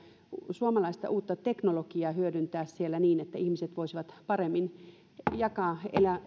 suomalaista uutta teknologiaa siellä niin että ihmiset voisivat paremmin jakaa